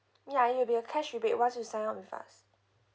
ya it'll be a cash rebate once you sign up with us